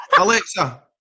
Alexa